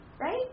right